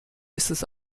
ist